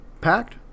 packed